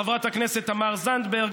חברת הכנסת תמר זנדברג,